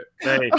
Hey